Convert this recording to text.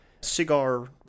Cigar